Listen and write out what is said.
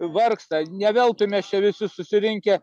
vargsta ne veltui mes čia visi susirinkę